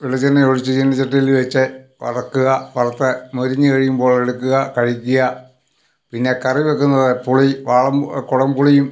വെളിച്ചെണ്ണ ഒഴിച്ച് ചീനച്ചട്ടിയിൽ വെച്ച് വറക്കുക വറുത്ത് മൊരിഞ്ഞു കഴിയുമ്പോൾ എടുക്കുക കഴിക്കുക പിന്നെ കറിവെക്കുന്നത് പുളി വാളൻ കുടംപുളിയും